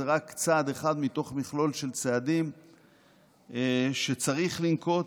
זה רק צעד אחד מתוך מכלול של צעדים שצריך לנקוט,